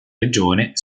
regione